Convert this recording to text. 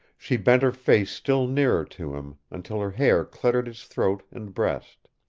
she bent her face still nearer to him, until her hair cluttered his throat and breast.